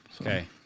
okay